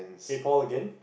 again